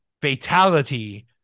fatality